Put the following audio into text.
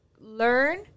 learn